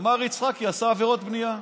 שמר יצחקי עשה עבירות בנייה.